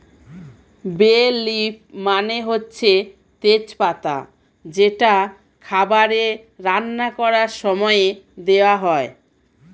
বে লিফ মানে হচ্ছে তেজ পাতা যেটা খাবারে রান্না করার সময়ে দেওয়া হয়